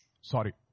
Sorry